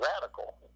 radical